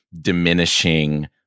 diminishing